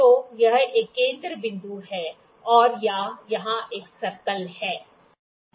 तो यह एक केंद्र बिंदु है और यह यहाँ एक सर्कल है